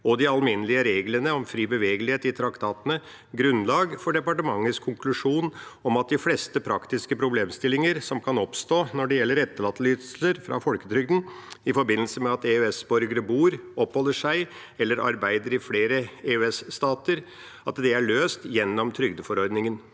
og de alminnelige reglene om fri bevegelighet i traktatene ga dermed ikke grunnlag for departementets konklusjon om at de fleste praktiske problemstillinger som kan oppstå når det gjelder etterlatteytelser fra folketrygden i forbindelse med at EØS-borgere bor, oppholder seg eller arbeider i flere EØS-stater, er løst gjennom trygdeforordningen.